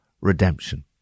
redemption